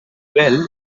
well